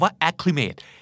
Acclimate